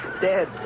dead